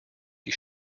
die